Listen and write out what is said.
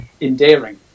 endearing